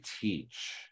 teach